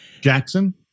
Jackson